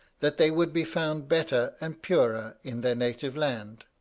that they would be found better and purer in their native land.